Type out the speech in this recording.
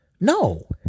No